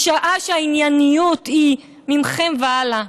משעה שהענייניות היא מכם והלאה,